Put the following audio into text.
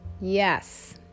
Yes